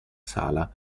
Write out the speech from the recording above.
sala